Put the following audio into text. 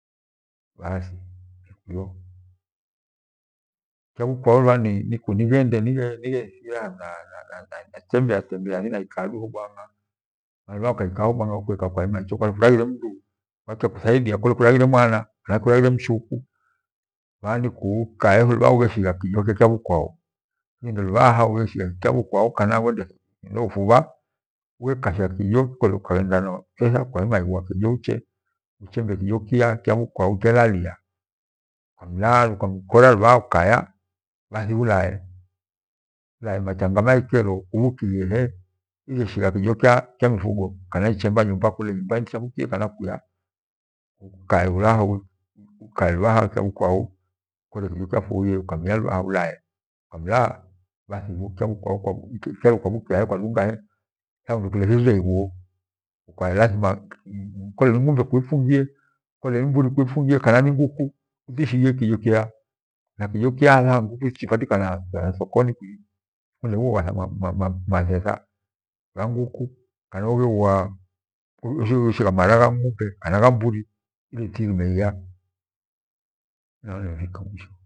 Bathi nikwio kyabhukwau lubhana niku nighende nighetembeatembea thinaikaa iho bwanga lubhaha ukaikaacho bwanga kwairima ichika kwaghire mdu aakyakathadiaa kwaraghire mwana hangu mchuku, bathi kubhaha nikako ugheshisha kijo kya kyabhukwau kanangu ughende ufubha ughelekasha kijo koje kwaghenda na petha kwairia ma igheua kijo uchambe kijo kya kyabhukwau ilelalia. kwamlahalu ukakora ukaya niulae, ulae macha ngama ikero ubhukie, iheshija kijo kya nifugo kna ichemba nyumba kole ichefukie kana kwia ukamirha kana kyabhukwau ukore kijo kyapfwo ule ukamila bathi kubhukia he kwadungahe thafundu kulereghie ighuo. Koleni ninjumbe kuipfungie kole nim buri uifunje kana ni nguku inike kiho kyeya na kijo kya njuku kichipatika sokoni kwii ma- mathetha gha nguku kana ugheshigha mara gha ng’umbe kana ghamburi.